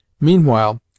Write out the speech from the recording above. Meanwhile